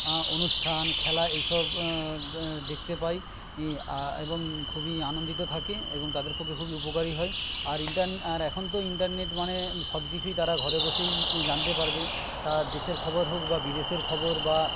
অনুষ্ঠান খেলা এইসব দেখতে পায় এবং খুবই আনন্দিত থাকে এবং তাঁদের পক্ষে খুবই উপকারী হয় আর ইন্টার আর এখন তো ইন্টারনেট মানে সবকিছুই তারা ঘরে বসেই জানতে পারবে তা দেশের খবর হোক বা বিদেশের খবর বা